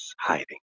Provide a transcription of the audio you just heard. hiding